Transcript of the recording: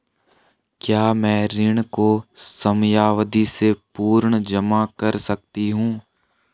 क्या मैं ऋण को समयावधि से पूर्व जमा कर सकती हूँ?